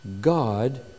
God